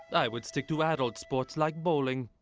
i would stick to adult sports like bowling.